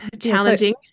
challenging